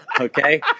Okay